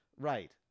Right